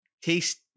taste